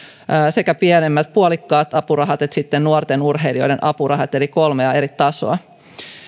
sekä nämä pienemmät puolikkaat apurahat että nuorten urheilijoiden apurahat eli kolmea eri tasoa